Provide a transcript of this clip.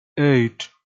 eight